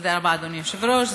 תודה רבה, אדוני היושב-ראש.